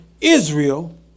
Israel